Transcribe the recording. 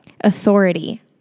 authority